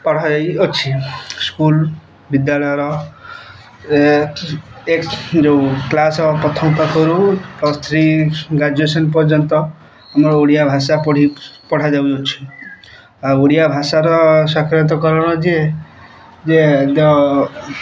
ପଢ଼ାଯାଇଅଛି school ବିଦ୍ୟାଳୟର ଏକ୍ସ ଏକ୍ସ ଯେଉଁ କ୍ଲାସ ପ୍ରଥମ ପାଖରୁ ପ୍ଲସ୍ ଥ୍ରୀ ଗ୍ରାଜୁଏସନ ପର୍ଯ୍ୟନ୍ତ ଆମର ଓଡ଼ିଆ ଭାଷା ପଢ଼ି ପଢ଼ାଯାଉଅଛି ଆଉ ଓଡ଼ିଆ ଭାଷାର ସାକ୍ଷତକରଣ ଯେ ଯେ ଯୋ